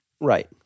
Right